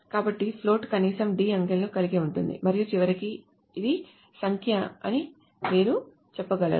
కాబట్టి ఫ్లోట్ కనీసం d అంకెలను కలిగి ఉంటుంది మరియు చివరకు ఇది సంఖ్యా అని మీరు చెప్పగలరు